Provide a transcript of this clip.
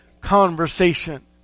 conversation